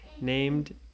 named